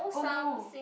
!oh no!